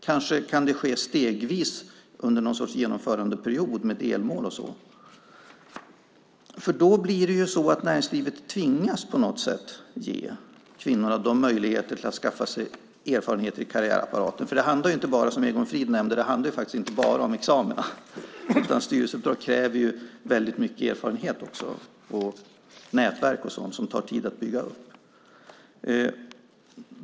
Kanske kan det ske stegvis under någon sorts genomförandeperiod, med delmål och sådant, för då tvingas näringslivet att ge kvinnorna möjligheter att skaffa sig erfarenheter i karriärapparaten. Som Egon Frid sade handlar det inte bara om examina, utan styrelseuppdrag kräver också mycket erfarenhet och tillgång till nätverk, sådant som det tar tid att bygga upp.